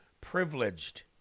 privileged